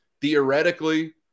theoretically